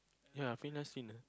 ya fitness trainer last seen